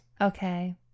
Okay